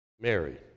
Mary